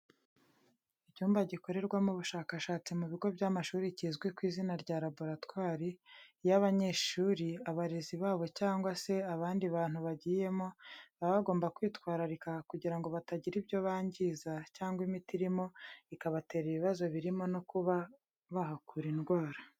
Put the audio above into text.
Icyumba gikorerwamo ubushakashatsi mu bigo by'amashuri kizwi ku izina rya laboratwari, iyo abanyeshuri, abarezi babo cyangwa se abandi bantu bagiyemo, baba bagomba kwitwararika, kugira ngo batagira ibyo bangiza cyangwa imiti irimo ikabatera ibibazo birimo no kuba bahakura indwara.